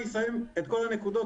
אני אסיים את כל הנקודות,